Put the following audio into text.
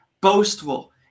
boastful